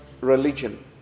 religion